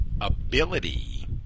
ability